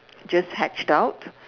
just hatched out